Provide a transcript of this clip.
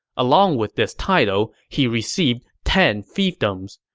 along with this title, he received ten fiefdoms.